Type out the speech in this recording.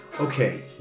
okay